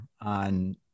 on